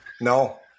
No